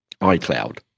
iCloud